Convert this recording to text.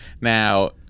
Now